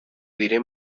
diré